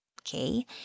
okay